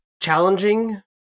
challenging